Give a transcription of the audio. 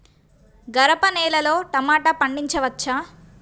గరపనేలలో టమాటా పండించవచ్చా?